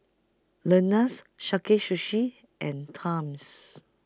Lenas Sakae Sushi and Times